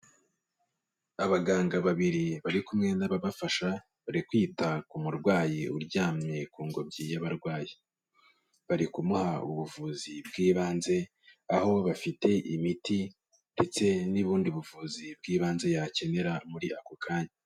Abaganga babiri bari kumwe n'ababafasha, bari kwita ku murwayi uryamye ku ngobyi y'abarwayi, bari kumuha ubuvuzi bw'ibanze, aho bafite imiti ndetse n'ubundi buvuzi bw'ibanze yakenera muri ako kanya.